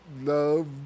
love